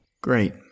Great